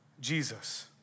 Jesus